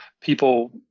people